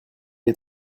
est